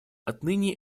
отныне